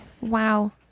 Wow